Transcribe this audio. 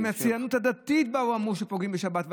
מהציונות הדתית באו ואמרו שפוגעים בשבת,